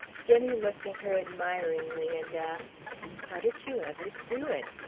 jenny looked at her admiringly, and asked how did you ever do it?